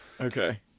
Okay